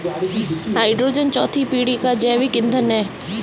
hydrogen चौथी पीढ़ी का जैविक ईंधन है